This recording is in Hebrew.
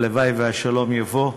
הלוואי שהשלום יבוא.